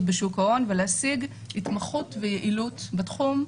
בשוק ההון ולהשיג התמחות ויעלות בתחום,